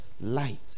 light